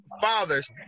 fathers